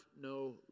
no